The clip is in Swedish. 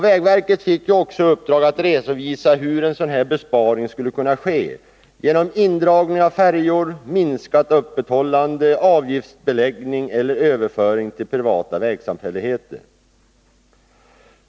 Vägverket fick också i uppdrag att redovisa hur en sådan besparing skulle kunna ske genom indragning av färjor, minskat öppethållande, avgiftsbeläggning eller överföring till privata vägsamfälligheter.